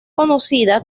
conocida